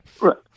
right